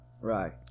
Right